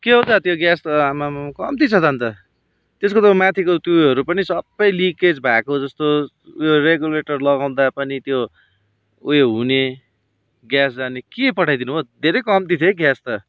के हौ दादा त्यो ग्यास त आम्मामाम कम्ती छ त अन्त त्यसको त त्यो माथी त्योहरू पनि सबै लिकेज भएको जस्तो उयो रेगुलेटर लगाउँदा पनि त्यो उयो हुने ग्यास जाने के पठाइ दिनुभयो धेरै कम्ती छै ग्यास त